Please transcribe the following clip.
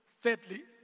Thirdly